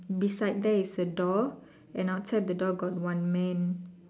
beside there is a door and outside the door got one man